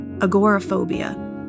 Agoraphobia